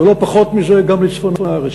ולא פחות מזה גם לצפון הארץ.